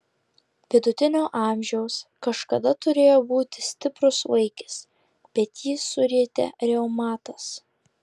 vidutinio amžiaus kažkada turėjo būti stiprus vaikis bet jį surietė reumatas